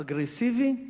אגרסיבי,